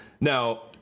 Now